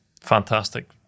fantastic